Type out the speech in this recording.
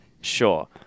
Sure